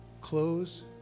clothes